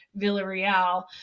Villarreal